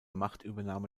machtübernahme